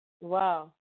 wow